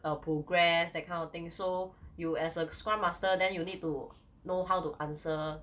err progress that kind of thing so you as a scrum master then you need to know how to answer